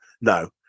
no